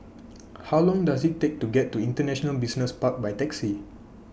How Long Does IT Take to get to International Business Park By Taxi